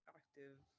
active